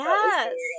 Yes